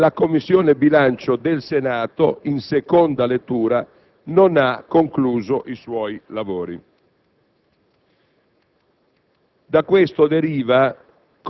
di legge finanziaria. Anche la Commissione bilancio del Senato, in seconda lettura, non ha concluso i suoi lavori.